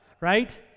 right